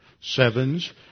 sevens